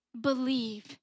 believe